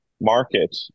market